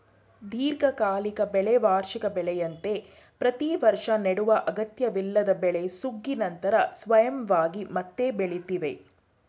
ದೀರ್ಘಕಾಲಿಕ ಬೆಳೆ ವಾರ್ಷಿಕ ಬೆಳೆಯಂತೆ ಪ್ರತಿವರ್ಷ ನೆಡುವ ಅಗತ್ಯವಿಲ್ಲದ ಬೆಳೆ ಸುಗ್ಗಿ ನಂತರ ಸ್ವಯಂವಾಗಿ ಮತ್ತೆ ಬೆಳಿತವೆ